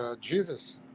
Jesus